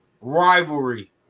rivalry